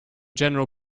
general